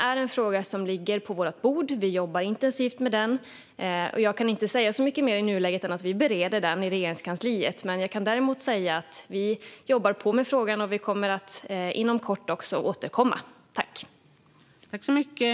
Härnösandsfrågan ligger på vårt bord, och vi jobbar intensivt med den. Jag kan inte säga så mycket mer i nuläget mer än att vi bereder frågan i Regeringskansliet. Jag kan däremot säga att vi jobbar på med den och att vi kommer att återkomma inom kort.